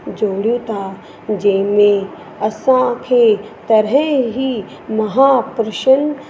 जोड़ियो ता जंहिंमें असांखे तरह ई महा प्रशन